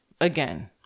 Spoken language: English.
again